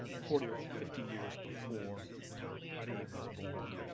forty or fifty years before arib was born.